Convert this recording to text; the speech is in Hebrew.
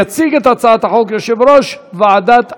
יציג את הצעת החוק יושב-ראש ועדת החינוך,